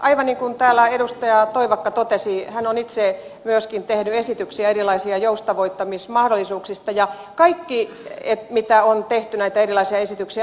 aivan niin kuin täällä edustaja toivakka totesi hän on itse myöskin tehnyt esityksiä erilaisista joustavoittamismahdollisuuksista ja kaikkia näitä erilaisia esityksiä mitä on tehty nyt tarkastellaan